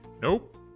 Nope